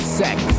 sex